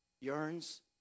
yearns